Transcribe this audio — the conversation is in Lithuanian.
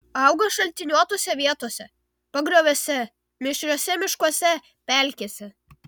auga šaltiniuotose vietose pagrioviuose mišriuose miškuose pelkėse